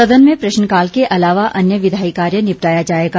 सदन में प्रश्नकाल के अलावा अन्य विधायी कार्य निपटाया जाएगा